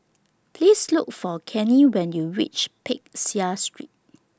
Please Look For Cannie when YOU REACH Peck Seah Street